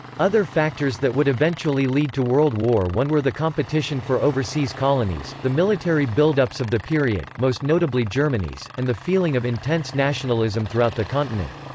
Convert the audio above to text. other factors that would eventually lead to world war i were the competition for overseas colonies, the military buildups of the period, most notably germany's, and the feeling of intense nationalism throughout the continent.